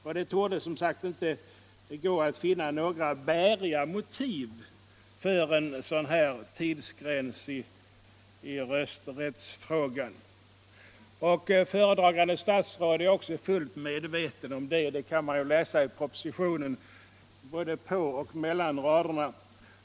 Det torde som sagt inte gå att finna några bäriga motiv för en sådan här tidsgräns i rösträttssammanhang. Föredragande statsrådet är också fullt medveten om detta — det kan man läsa i propositionen, både på och mellan raderna.